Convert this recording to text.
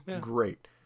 great